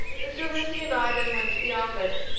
mr. lindsey and i then went to the office,